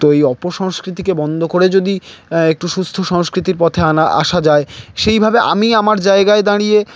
তো এই অপসংস্কৃতিকে বন্ধ করে যদি একটু সুস্থ সংস্কৃতির পথে আনা আসা যায় সেইভাবে আমি আমার জায়গায় দাঁড়িয়ে